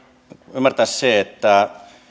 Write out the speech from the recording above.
ymmärtää se että